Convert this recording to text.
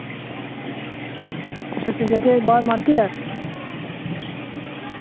अच्छा ते जेह्के बाह्र मार्किट ऐ